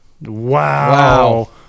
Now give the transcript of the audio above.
wow